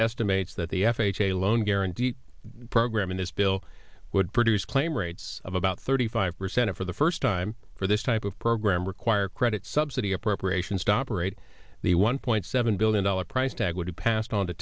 estimates that the f h a loan guarantee program in this bill would produce claim rates of about thirty five percent for the first time for this type of program require credit subsidy appropriations operate the one point seven billion dollars price tag would have passed on to